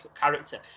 character